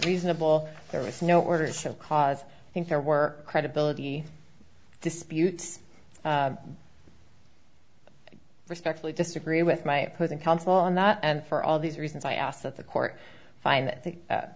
reasonable there was no order so cause i think there were credibility disputes respectfully disagree with my opposing counsel on that and for all these reasons i asked that the court find that